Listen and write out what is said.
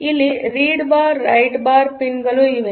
ಇಲ್ಲಿ read bar write bar pin ಗಳು ಇವೆ